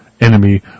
enemy